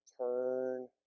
turn